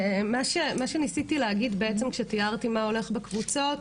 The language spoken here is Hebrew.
מה שניסיתי להגיד כשתיארתי מה הולך בקבוצות,